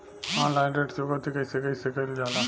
Online ऋण चुकौती कइसे कइसे कइल जाला?